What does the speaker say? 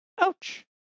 Ouch